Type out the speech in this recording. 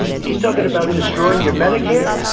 he's talking about destroying your medicare